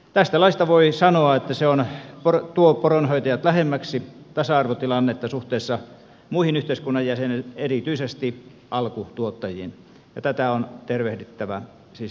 tästä laista voi sanoa että se tuo poronhoitajat lähemmäksi tasa arvotilannetta suhteessa muihin yhteiskunnan jäseniin erityisesti alkutuottajiin ja tätä on tervehdittävä siis myönteisesti